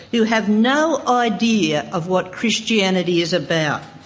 who have no idea of what christianity is about.